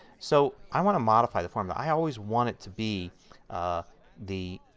so i want to modify the formula. i always want it to be the